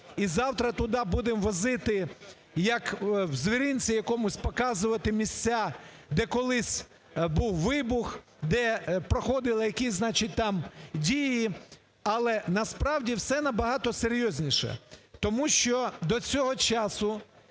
І завтра туди будемо возити, як у звіринці якомусь, показувати місця, де колись був вибух, де проходили якісь, значить, там дії. Але насправді все набагато серйозніше. Тому що до цього часу